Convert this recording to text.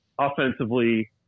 offensively